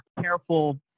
careful